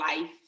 life